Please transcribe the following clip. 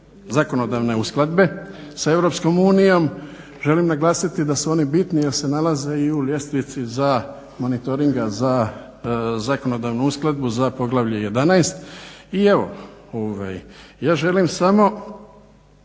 zakonodavne uskladbe sa EU. Želim naglasiti da su oni bitni jer se nalaze i u ljestvici monitoringa za zakonodavnu uskladbu za Poglavlje 11. I evo, ja želim samo